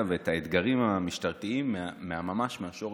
ואת האתגרים המשטרתיים מהשורש.